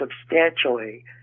substantially